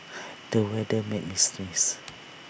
the weather made me sneeze